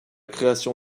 création